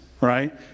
right